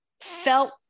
felt